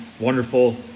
Wonderful